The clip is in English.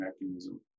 mechanism